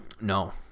No